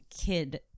kid